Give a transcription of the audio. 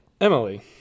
Emily